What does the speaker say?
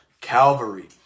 Calvary